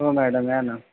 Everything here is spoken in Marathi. हो मॅडम या ना